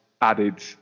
added